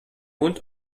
mund